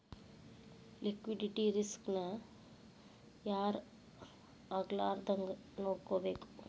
Liquidity risk ನ ಯಾರ್ ಆಗ್ಲಾರ್ದಂಗ್ ನೊಡ್ಕೊಬೇಕು?